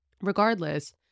regardless